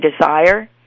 desire